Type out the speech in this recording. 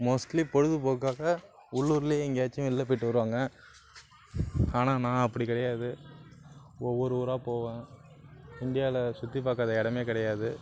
mostly பொழுதுபோக்காக உள்ளூர்லே எங்கேயாச்சும் வெளில போய்ட்டு வருவாங்க ஆனால் நான் அப்படி கிடையாது ஒவ்வொரு ஊராக போவேன் இந்தியாவில சுற்றி பார்க்காத இடமே கிடையாது